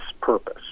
purpose